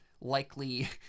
likely